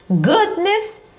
goodness